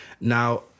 Now